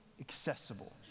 accessible